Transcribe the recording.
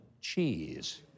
cheese